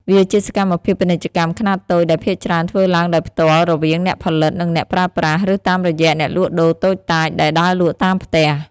វាជាសកម្មភាពពាណិជ្ជកម្មខ្នាតតូចដែលភាគច្រើនធ្វើឡើងដោយផ្ទាល់រវាងអ្នកផលិត និងអ្នកប្រើប្រាស់ ឬតាមរយៈអ្នកលក់ដូរតូចតាចដែលដើរលក់តាមផ្ទះ។